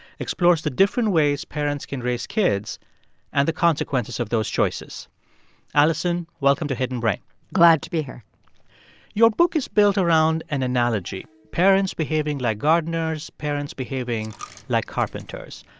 explores the different ways parents can raise kids and the consequences of those choices alison, welcome to hidden brain glad to be here your book is built around an analogy parents behaving like gardeners, parents behaving like carpenters.